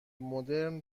مدرن